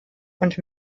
und